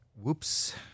Whoops